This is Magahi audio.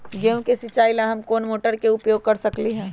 गेंहू के सिचाई ला हम कोंन मोटर के उपयोग कर सकली ह?